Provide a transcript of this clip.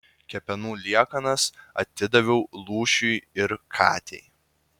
kepenų liekanas atidaviau lūšiui ir katei